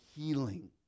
healing